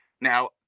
Now